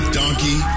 donkey